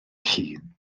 llun